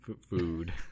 food